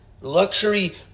luxury